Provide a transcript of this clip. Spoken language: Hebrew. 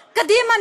קדימה,